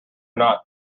not